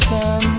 Sun